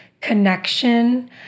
connection